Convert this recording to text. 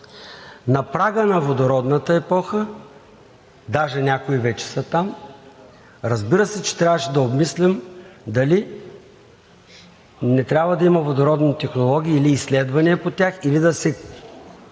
На прага на водородната епоха, даже някои вече са там, разбира се, че трябваше да обмислим дали не трябва да има водородни технологии или изследвания по тях, или да се